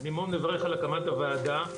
אני מאוד מברך על הקמת הוועדה.